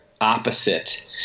opposite –